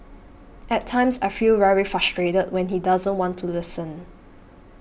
at times I feel very frustrated when he doesn't want to listen